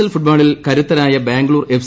L ഫുട്ബോ്ളിൽ കരുത്തരായ Bangalore F